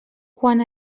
quan